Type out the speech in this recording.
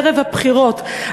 ערב הבחירות,